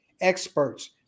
experts